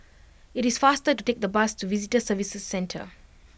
it is faster to take the bus to Visitor Services Centre